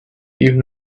even